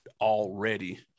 already